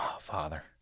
father